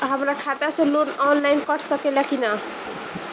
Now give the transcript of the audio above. हमरा खाता से लोन ऑनलाइन कट सकले कि न?